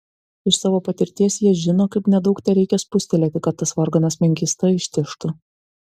iš savo patirties jie žino kaip nedaug tereikia spustelėti kad tas varganas menkysta ištižtų